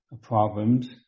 problems